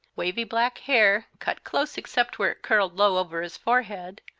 wavy black hair, cut close except where it curled low over his forehead,